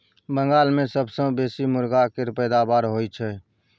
बंगाल मे सबसँ बेसी मुरगा केर पैदाबार होई छै